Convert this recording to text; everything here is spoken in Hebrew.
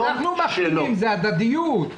זה הדדיות.